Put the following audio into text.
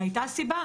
והייתה סיבה.